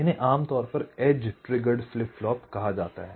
इन्हें आमतौर पर एज ट्रिगर्ड फ्लिप फ्लॉप कहा जाता है